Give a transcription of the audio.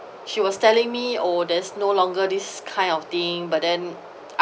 she was telling me oh there's no longer this kind of thing but then